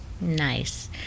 nice